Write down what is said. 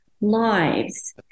lives